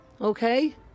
Okay